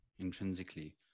intrinsically